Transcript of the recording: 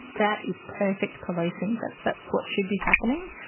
that is perfect policing that's that's what should be happening.